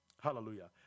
hallelujah